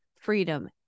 freedom